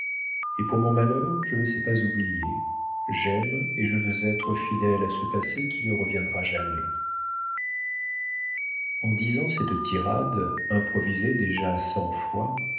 et pour mon malheur je ne sais pas oublier j'aime et je veux être fidèle à ce passé qui ne reviendra jamais en disant cette tirade improvisée déjà cent fois